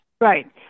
right